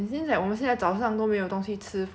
then like I think we should go buy sia